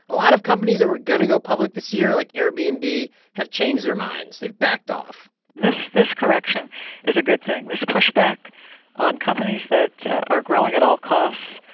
a lot of companies that were going to go public this year like airbnb have changed their minds. they've backed off this this correction is a good thing. this pushback on companies that are growing at all costs,